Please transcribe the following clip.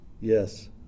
Yes